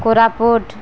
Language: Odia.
କୋରାପୁଟ